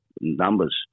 numbers